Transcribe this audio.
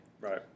Right